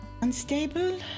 unstable